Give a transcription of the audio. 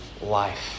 life